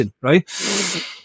right